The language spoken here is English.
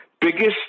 Biggest